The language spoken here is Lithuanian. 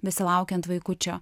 besilaukiant vaikučio